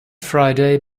friday